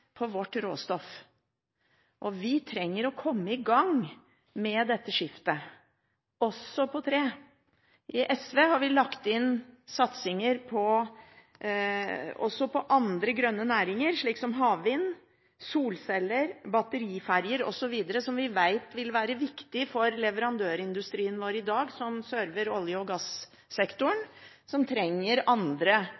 råstoff. Vi trenger å komme i gang med dette skiftet, også på tre. I SV har vi lagt inn satsinger også på andre grønne næringer, slik som havvind, solceller, batteriferjer, osv., som vi vet vil være viktig for leverandørindustrien vår i dag, som server olje- og gassektoren,